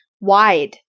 wide